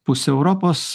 pusė europos